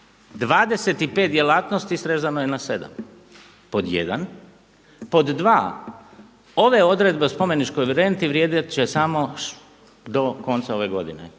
25 djelatnosti srezano je na 7, pod 1. Pod 2. ove odredbe o spomeničkoj renti vrijediti će samo do konca ove godine.